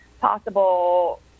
possible